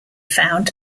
found